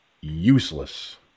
useless